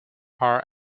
are